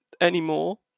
anymore